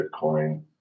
Bitcoin